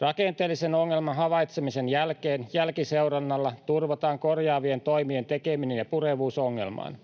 Rakenteellisen ongelman havaitsemisen jälkeen jälkiseurannalla turvataan korjaavien toimien tekeminen ja purevuus ongelmaan.